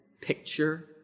picture